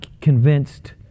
convinced